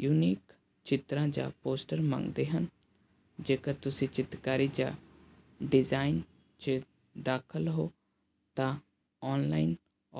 unique ਚਿੱਤਰਾਂ ਜਾਂ poster ਮੰਗਦੇ ਹਨ ਜੇਕਰ ਤੁਸੀਂ ਚਿੱਤਰਕਾਰੀ ਜਾਂ ਡਿਜ਼ਾਇਨ 'ਚ ਦਾਖਲ ਹੋ ਤਾਂ ਆਨਲਾਈਨ